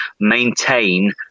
maintain